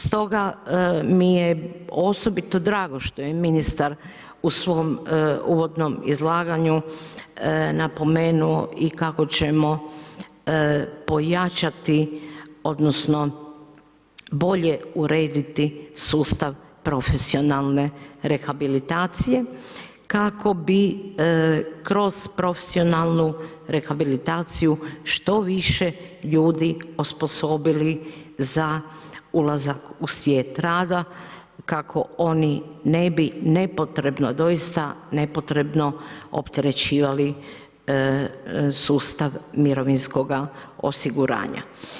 Stoga mi je osobito drago što je ministar u svom uvodnom izlaganju napomenuo i kako ćemo pojačati, odnosno bolje urediti sustav profesionalne rehabilitacije kako bi kroz profesionalnu rehabilitaciju što više ljudi osposobili za ulazak u svijet rada, kako oni ne bi nepotrebno, doista nepotrebno opterećivali sustav mirovinskoga osiguranja.